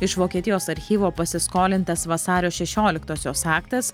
iš vokietijos archyvo pasiskolintas vasario šešioliktosios aktas